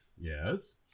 Yes